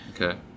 Okay